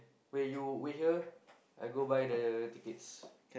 wait you wait here I go buy the tickets